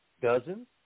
Dozens